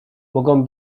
mogą